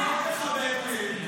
אני מאוד מכבד את עצמי.